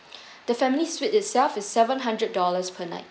the family suite itself is seven hundred dollars per night